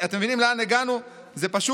אפילו לאמיר אבגי נמצא תקן בגלי